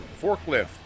forklift